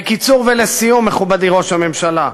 בקיצור ולסיום, מכובדי ראש הממשלה,